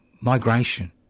migration